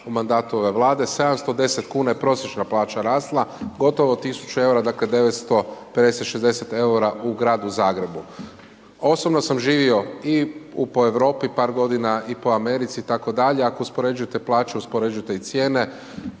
u mandatu ove Vlade 710 kuna je prosječna plaća rasla, gotovo 1.000 EUR-a dakle 950 60 EUR-a u Gradu Zagrebu. Osobno sam živio i po Europi par godina i po Americi i tako dalje ako uspoređujete plaću, uspoređujte i cijene.